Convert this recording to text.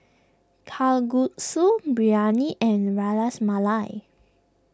Kalguksu Biryani and Ras Malai